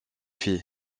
fille